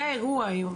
זה האירוע היום,